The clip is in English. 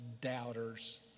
doubters